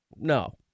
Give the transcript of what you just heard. No